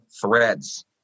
threads